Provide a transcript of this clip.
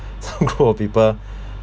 some group of people